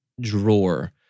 drawer